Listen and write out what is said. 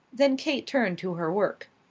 then kate turned to her work.